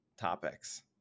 topics